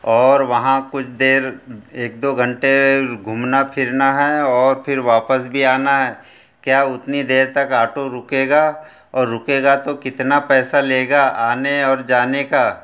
और वहाँ कुछ देर एक दो घंटे घूमना फिरना है और फिर वापस भी आना है क्या उतनी देर तक ऑटो रुकेगा और रुकेगा तो कितना पैसा लेगा आने और जाने का